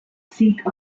seek